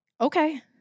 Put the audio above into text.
Okay